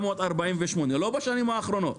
לא בשנים האחרונות,